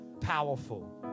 powerful